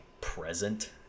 present